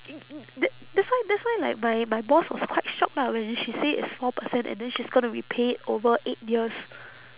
tha~ that's why that's why like my my boss was quite shocked lah when she say it's four percent and then she's gonna repay it over eight years